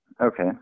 Okay